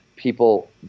People